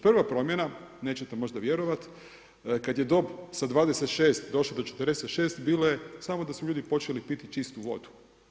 Prva promjena nećete možda vjerovati kada je dob sa 26 došla do 46 bilo je samo da su ljudi počeli piti čistu vodu.